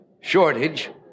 shortage